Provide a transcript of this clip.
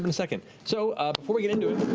and second. so before we get into it,